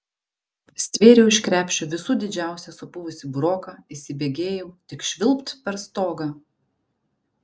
pastvėriau iš krepšio visų didžiausią supuvusį buroką įsibėgėjau tik švilpt per stogą